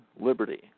liberty